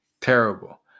terrible